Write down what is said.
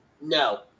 no